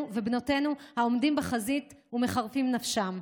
ובנותינו העומדים בחזית ומחרפים נפשם.